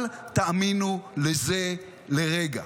אל תאמינו לזה לרגע.